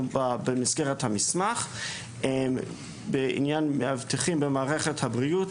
במסגרת המסמך בעניין מאבטחים במערכת הבריאות.